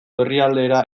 herrialdera